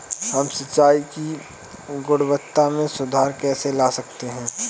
हम सिंचाई की गुणवत्ता में सुधार कैसे ला सकते हैं?